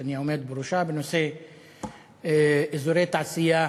שאני עומד בראשה, בנושא אזורי תעשייה